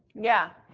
yeah,